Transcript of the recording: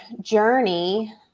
journey